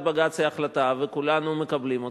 בג"ץ היא החלטה וכולנו מקבלים אותה,